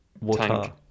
water